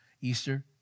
Easter